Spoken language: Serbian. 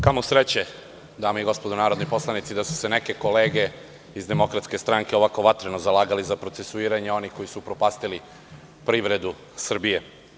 Kamo sreće, kolege narodni poslanici da su se neke kolege iz DS-a ovako vatreno zalagali za procesuiranje onih koji su upropastili privredu Srbije.